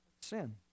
sin